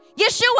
Yeshua